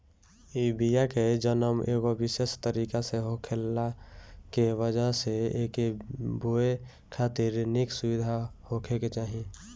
इ बिया के जनम एगो विशेष तरीका से होखला के वजह से एके बोए खातिर निक सुविधा होखे के चाही